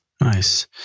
Nice